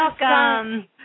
Welcome